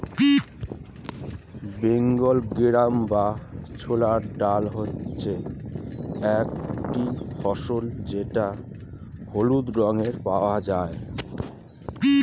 Bengal gram বা ছোলার ডাল হচ্ছে একটি ফসল যেটা হলুদ রঙে পাওয়া যায়